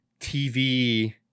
TV